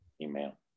email